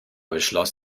beschloss